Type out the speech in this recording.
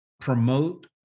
promote